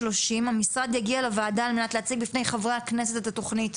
המשרד יגיע לוועדה על-מנת להציג בפני חברי הכנסת את התכנית.